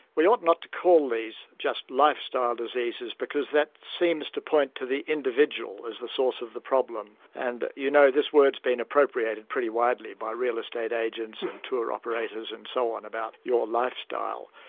we ought not to call these just lifestyle diseases, because that seems to point to the individual as the source of the problem, and you know this word's been appropriated pretty widely by real estate agents and tour operators and so on about your lifestyle.